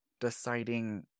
deciding